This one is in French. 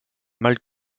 mal